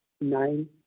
nine